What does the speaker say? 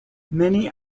many